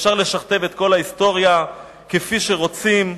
אפשר לשכתב את כל ההיסטוריה כפי שרוצים,